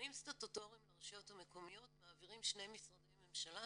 תנאים סטטוטוריים לרשויות המקומיות מעבירים שני משרדי ממשלה,